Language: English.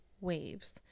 waves